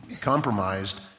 compromised